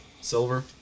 silver